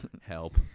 Help